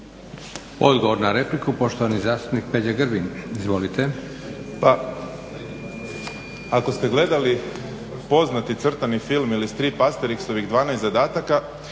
Odgovor na repliku, poštovani zastupnik Peđa Grbin. Izvolite. **Grbin, Peđa (SDP)** Pa ako ste gledali poznati crtani film ili strip Aterixovih 12 zadataka,